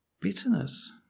Bitterness